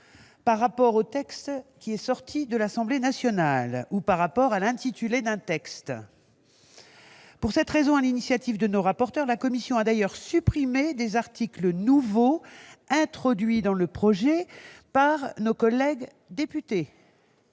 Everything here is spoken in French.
par rapport au texte issu des travaux de l'Assemblée nationale ou par rapport à l'intitulé d'un texte. Pour cette raison, sur l'initiative des rapporteurs, la commission a d'ailleurs supprimé des articles nouveaux introduits dans le projet de loi par nos collègues députés.